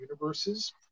universes